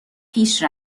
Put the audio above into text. پیش